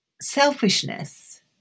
selfishness